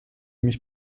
mich